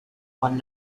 one